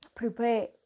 prepare